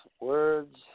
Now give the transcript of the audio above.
words